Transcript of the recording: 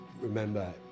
remember